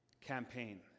campaign